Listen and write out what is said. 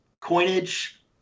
coinage